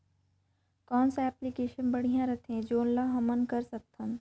कौन सा एप्लिकेशन बढ़िया रथे जोन ल हमन कर सकथन?